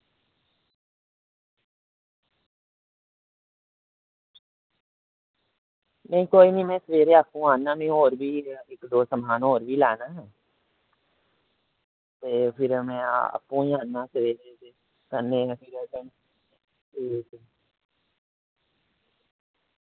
नेईं कोई निं में सवेरे आपूं आन्ना में होर बी इक दो समान हो बी लैना ऐ ते फिर में आपूं ई आन्ना सवेरे ते